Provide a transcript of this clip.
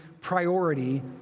priority